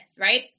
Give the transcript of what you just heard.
right